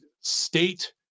state